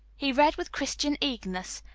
he read with christian eagerness,